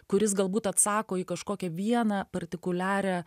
kuris galbūt atsako į kažkokią vieną partikuliarią